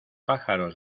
pájaros